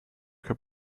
her